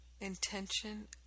intention